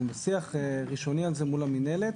בשיח ראשוני על זה מול המינהלת.